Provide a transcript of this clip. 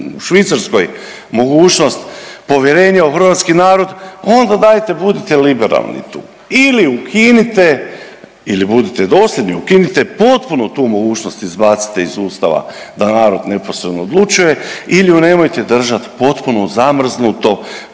u Švicarskoj mogućnost povjerenja u Hrvatski narod onda dajte budite liberalni tu. Ili ukinite ili budite dosljedni ukinite potpuno tu mogućnost izbacite iz usta van da narod neposredno odlučuje ili ju nemojte držati potpuno zamrznuto